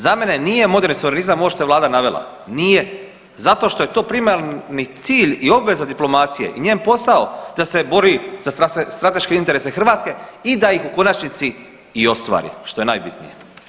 Za mene nije moderni suverenizam ovo što je vlada navela, nije zato što je to primarni cilj i obveza diplomacije i njen posao da se bori za strateške interese Hrvatske i da ih u konačnici i ostvari, što je najbitnije.